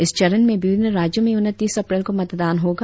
इस चरण में विभिन्न राज्यों में उनतीस अप्रैल को मतदान होगा